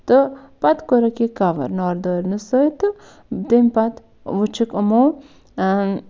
تہٕ پَتہٕ کوٚرُکھ یہِ کَور ناردٲرنہٕ سۭتۍ تہٕ تَمہِ پَتہٕ وٕچھُکھ یِمو